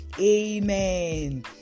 Amen